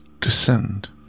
descend